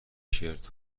شرت